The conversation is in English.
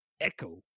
echo